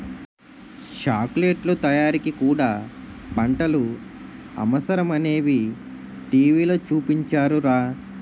చాకిలెట్లు తయారీకి కూడా పంటలు అవసరమేనని టీ.వి లో చూపించారురా